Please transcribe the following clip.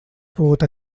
pogut